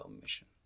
mission